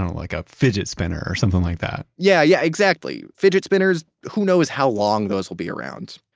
and like a fidget spinner or something like that yeah, yeah, exactly. fidget spinners, who knows how long those will be around.